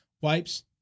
wipes